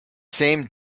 same